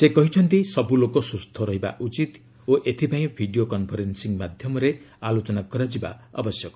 ସେ କହିଛନ୍ତି ସବ୍ ଲୋକ ସ୍ବସ୍ଥ ରହିବା ଉଚିତ୍ ଓ ଏଥିପାଇଁ ଭିଡ଼ିଓ କନ୍ଫରେନ୍ଦିଂ ମାଧ୍ୟମରେ ଆଲୋଚନା କରାଯିବା ଆବଶ୍ୟକ